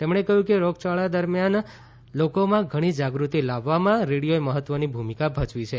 તેમણે કહ્યું કે રોગયાળા દરમિયાન લોકોમાં ઘણી જાગૃતિ લાવવામાં રેડિયોએ મહત્વની ભૂમિકા ભજવી છે